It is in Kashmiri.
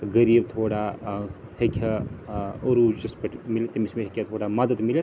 غریٖب تھوڑا ٲں ہیٚکہِ ہا ٲں عروٗجَس پٮ۪ٹھ میلِتھ تٔمِس ما ہیٚکہِ ہا تھوڑا مَدد میلِتھ